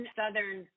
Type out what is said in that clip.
southern